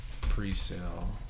pre-sale